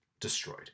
destroyed